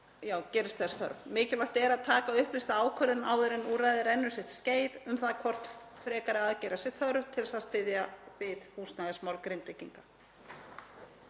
á Grindvíkingum. Mikilvægt er að taka upplýsta ákvörðun áður en úrræðið rennur sitt skeið um það hvort frekari aðgerða sé þörf til þess að styðja við húsnæðismál Grindvíkinga.